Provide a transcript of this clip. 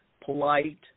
polite